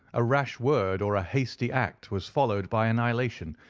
a rash word or a hasty act was followed by annihilation,